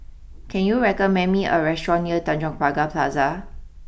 can you recommend me a restaurant near Tanjong Pagar Plaza